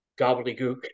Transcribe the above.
gobbledygook